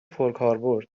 پرکاربرد